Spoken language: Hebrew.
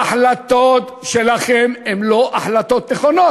ההחלטות שלכם הן לא החלטות נכונות.